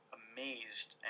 amazed